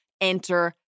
enter